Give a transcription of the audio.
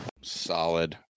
Solid